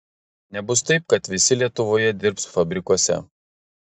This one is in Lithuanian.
nebus taip kad visi lietuvoje dirbs fabrikuose